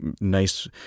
nice